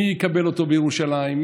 מי יקבל אותו בירושלים?